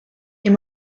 est